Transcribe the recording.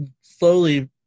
slowly